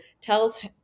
tells